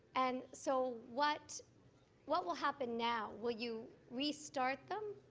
and so what what will happen now? will you restart them,